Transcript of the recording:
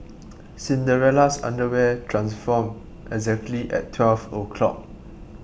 Cinderella's underwear transformed exactly at twelve o'clock